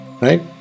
right